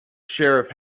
sheriff